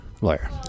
Lawyer